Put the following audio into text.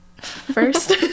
First